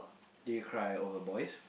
did you cry over boys